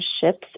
ships